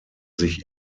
sich